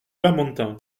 lamentin